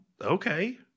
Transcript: okay